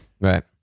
Right